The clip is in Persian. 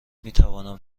میتوانم